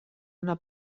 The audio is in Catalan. una